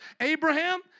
Abraham